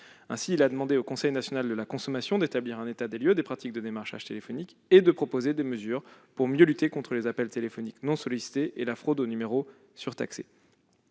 Ainsi, il a demandé au Conseil national de la consommation d'établir un état des lieux des pratiques de démarchage téléphonique et de proposer des mesures pour mieux lutter contre les appels téléphoniques non sollicités et la fraude aux numéros surtaxés.